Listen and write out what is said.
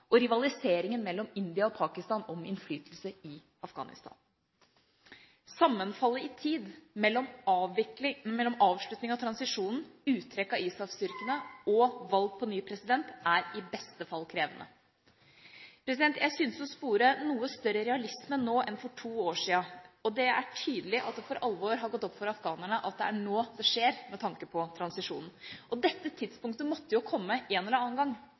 og rivaliseringen mellom India og Pakistan om innflytelse i Afghanistan. Sammenfallet i tid mellom avslutningen av transisjonen, uttrekk av ISAF-styrkene og valg på ny president er i beste fall krevende. Jeg syns å spore noe større realisme nå enn for to år siden, og det er tydelig at det for alvor har gått opp for afghanerne at det er nå det skjer med tanke på transisjonen. Dette tidspunktet måtte jo komme en eller annen gang.